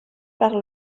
par